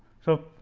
so,